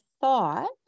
thought